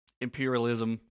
imperialism